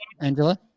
Angela